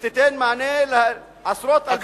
והיא תיתן מענה לעשרות אלפי סטודנטים בישראל.